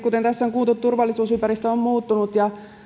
kuten tässä on kuultu turvallisuusympäristö on muuttunut ja